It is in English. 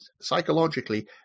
Psychologically